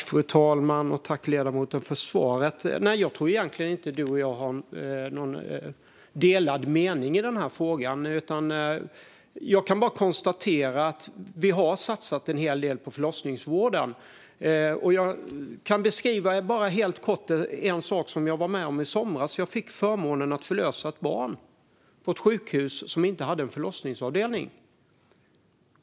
Fru talman! Jag tackar ledamoten för svaret. Jag tror egentligen inte att ledamoten och jag har någon delad mening i frågan. Jag kan bara konstatera att vi har satsat en hel del på förlossningsvården. Jag kan beskriva helt kort något som jag var med om i somras. Jag fick förmånen att förlösa ett barn på ett sjukhus som inte hade någon förlossningsavdelning.